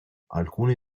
alcuni